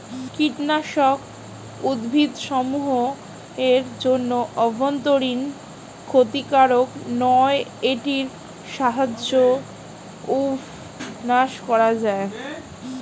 কীটনাশক উদ্ভিদসমূহ এর জন্য অভ্যন্তরীন ক্ষতিকারক নয় এটির সাহায্যে উইড্স নাস করা হয়